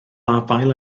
afael